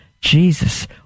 Jesus